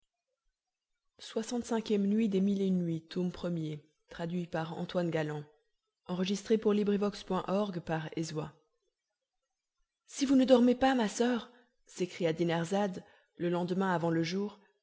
si vous ne dormez pas je vous supplie en attendant le jour